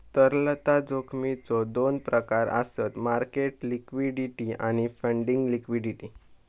तरलता जोखमीचो दोन प्रकार आसत मार्केट लिक्विडिटी आणि फंडिंग लिक्विडिटी